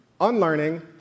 unlearning